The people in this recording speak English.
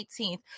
18th